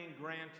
granted